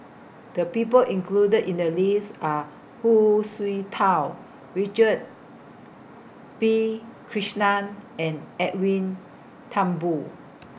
The People included in The list Are Hu Tsu Tau Richard P Krishnan and Edwin Thumboo